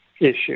issue